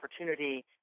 opportunity